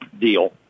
deal